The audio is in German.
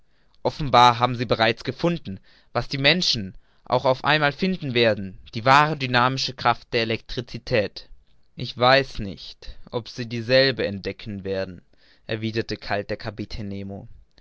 offenbar haben sie bereits gefunden was die menschen auch auf einmal finden werden die wahre dynamische kraft der elektricität ich weiß nicht ob sie dieselbe entdecken werden erwiderte kalt der